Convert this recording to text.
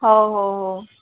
हो हो हो